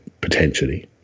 potentially